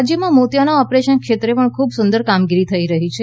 રાજ્યમાં મોતિયાના ઓપરેશન ક્ષેત્રે પણ સુંદર કામગીરી થઇ રહી છે